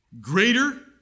greater